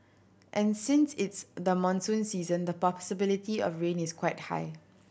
and since it's the monsoon season the possibility of rain is quite high